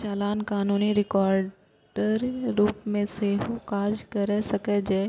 चालान कानूनी रिकॉर्डक रूप मे सेहो काज कैर सकै छै,